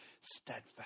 Steadfast